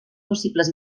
possibles